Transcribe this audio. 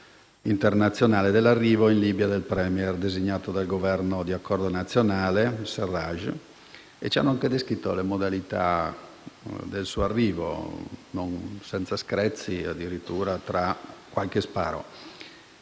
nazionale, dell'arrivo in Libia del *premier* al-Sarraj, designato dal Governo di accordo nazionale. Ci hanno anche descritto le modalità del suo arrivo, non senza screzi e addirittura tra qualche sparo.